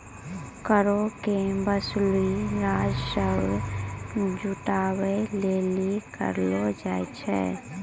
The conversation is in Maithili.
करो के वसूली राजस्व जुटाबै लेली करलो जाय छै